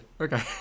Okay